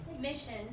mission